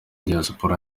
diyasipora